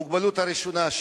המוגבלות הראשונה,